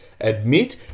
admit